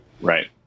Right